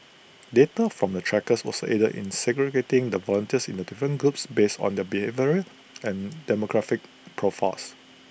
data from the trackers also aided in segregating the volunteers into different groups based on their behavioural and demographic profiles